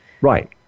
Right